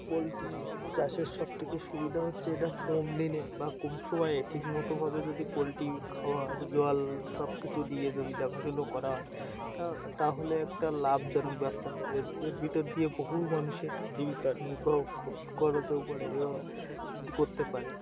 poultry চাষের সবথেকে সুবিধা হচ্ছে এটা কম দিনে বা কম সময়ে ঠিকমতোভাবে যদি পোলট্রি খাওয়ার জল সব কিছু দিয়ে যদি দেখাশুনো করা হয় তা তাহলে একটা লাভজনক ব্যবসা এর এর ভিতর দিয়ে বহু মানুষের জীবিকা নির্বাহ করাতেও পারে এবং করতে পারে